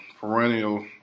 perennial